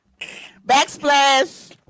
backsplash